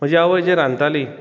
म्हजी आवय जें रांदताली